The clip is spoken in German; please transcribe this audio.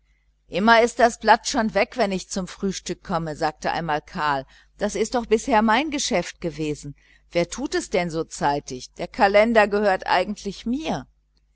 immer ist das blatt schon weg wenn ich zum frühstück komme sagte einmal karl das ist doch bisher mein geschäft gewesen wer tut es denn so zeitig der kalender gehört eigentlich mir